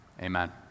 Amen